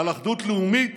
על אחדות לאומית,